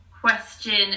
Question